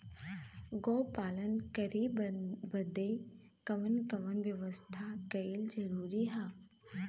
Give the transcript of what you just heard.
गोपालन करे बदे कवन कवन व्यवस्था कइल जरूरी ह?